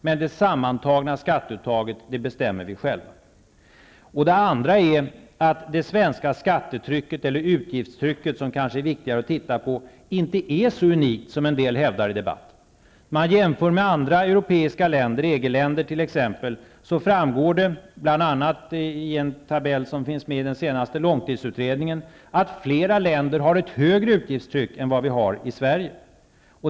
Men det sammantagna skatteuttaget bestämmer vi själva. Det andra är att det svenska skattetrycket, eller utgiftstrycket, som kanske är viktigare att titta på, inte är så unikt som en del hävdar i debatten. Om man jämför med andra europeiska länder, EG länder t.ex., framgår det bl.a. i en tabell som finns med i den senaste långtidsutredningen att flera länder har ett högre utgiftstryck än vi har i Sverige.